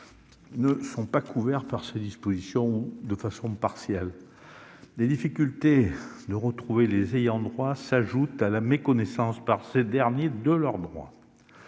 ne sont pas couverts par ces dispositions ou le sont de façon partielle. Les difficultés à retrouver les ayants droit s'ajoutent à la méconnaissance par ces derniers de leurs droits.